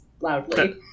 loudly